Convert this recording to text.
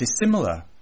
dissimilar